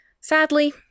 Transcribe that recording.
Sadly